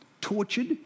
tortured